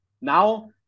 now